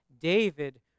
David